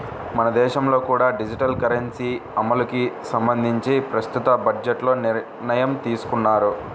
మన దేశంలో కూడా డిజిటల్ కరెన్సీ అమలుకి సంబంధించి ప్రస్తుత బడ్జెట్లో నిర్ణయం తీసుకున్నారు